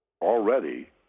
already